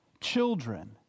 Children